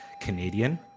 Canadian